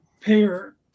pair